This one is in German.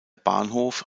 bahnhof